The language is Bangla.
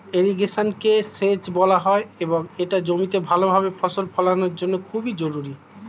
ইরিগেশনকে সেচ বলা হয় এবং এটা জমিতে ভালোভাবে ফসল ফলানোর জন্য খুবই জরুরি